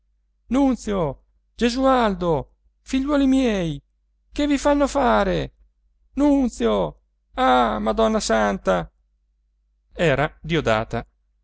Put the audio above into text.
nunzio gesualdo figliuoli miei che vi fanno fare nunzio ah madonna santa era diodata